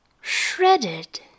Shredded